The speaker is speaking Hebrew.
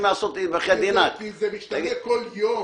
כי זה משתנה כל יום.